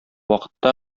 вакытта